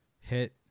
hit